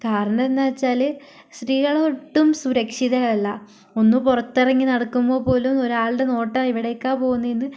കാരണം എന്താണെന്ന് വെച്ചാൽ സ്ത്രീകളൊട്ടും സുരക്ഷിതരല്ല ഒന്ന് പുറത്തിറങ്ങി നടക്കുമ്പോൾ പോലും ഒരാളുടെ നോട്ടം എവിടേക്കാ പോവുന്നതെന്ന്